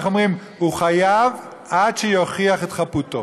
איך אומרים: הוא חייב עד שיוכיח את חפותו.